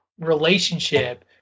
relationship